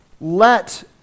let